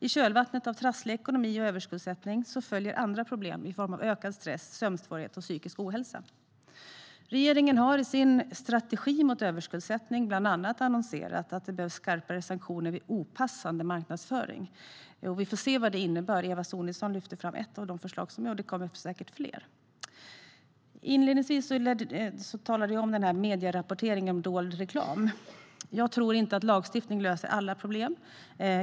I kölvattnet av trasslig ekonomi och överskuldsättning följer andra problem i form av ökad stress, sömnsvårigheter och psykisk ohälsa. Regeringen har i sin strategi mot överskuldsättning bland annat annonserat att det behövs skarpare sanktioner vid opassande marknadsföring. Vi får se vad det innebär. Eva Sonidsson lyfte fram ett av förslagen, och det kommer säkert fler. Inledningsvis talade jag om medierapporteringen om dold reklam. Jag tror inte att lagstiftning löser alla problem.